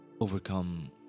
overcome